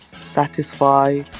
satisfy